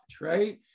right